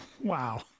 Wow